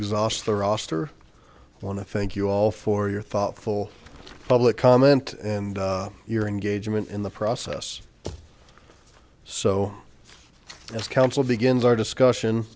exhaust the roster on the fake you all for your thoughtful public comment and your engagement in the process so as council begins our discussion